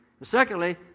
Secondly